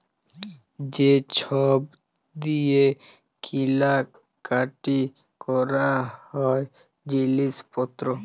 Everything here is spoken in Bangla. যে ছব দিঁয়ে কিলা কাটি ক্যরা হ্যয় জিলিস পত্তর